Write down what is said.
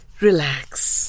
Relax